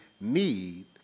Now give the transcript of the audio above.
need